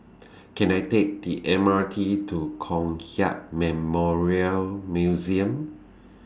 Can I Take The M R T to Kong Hiap Memorial Museum